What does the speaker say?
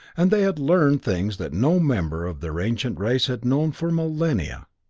and they had learned things that no member of their ancient race had known for millennia.